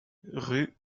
rue